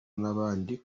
n’abandi